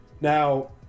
Now